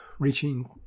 reaching